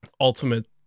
ultimate